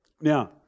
now